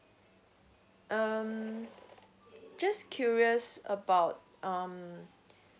um just curious about um